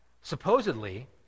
supposedly